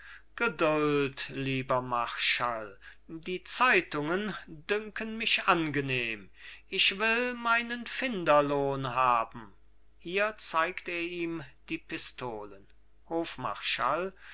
geduld lieber marschall die zeitungen dünken mich angenehm ich will meinen finderlohn haben hier zeigt er ihm die pistolen hofmarschall